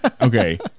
Okay